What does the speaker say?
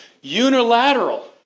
Unilateral